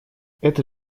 это